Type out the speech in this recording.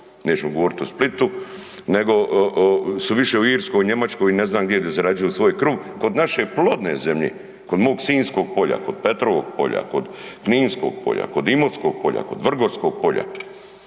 nećemo govoriti o Splitu, nego su više u Irskoj, Njemačkoj i ne znam gdje da zarađuju svoj kruh, kod naše plodne zemlje, kod mog Sinjskog polja, kod Petrovog polja, kod Kninskog polja, kod Imotskog polja, kod Vrgorskog polja.